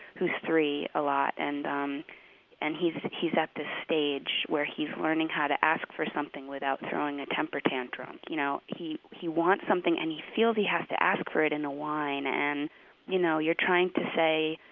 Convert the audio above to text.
who's three, a lot and um and he's he's at this stage where he's learning how to ask for something without throwing a temper tantrum. you know he he wants something and he feels he has to ask for it in a whine. and you know you're trying to say,